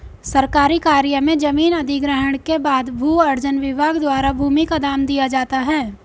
सरकारी कार्य में जमीन अधिग्रहण के बाद भू अर्जन विभाग द्वारा भूमि का दाम दिया जाता है